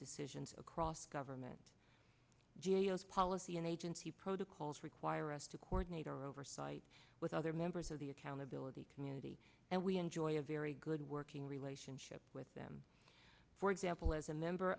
decisions across government jails policy and agency protocols require us to coordinate our oversight with other members of the accountability community and we enjoy a very good working relationship with them for example as a member